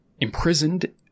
imprisoned